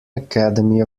academy